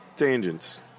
Tangents